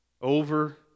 over